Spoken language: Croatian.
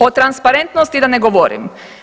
O transparentnosti i da ne govorim.